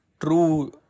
true